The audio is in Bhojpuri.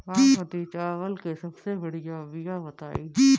बासमती चावल के सबसे बढ़िया बिया बताई?